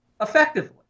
effectively